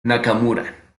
nakamura